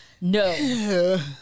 No